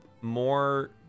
more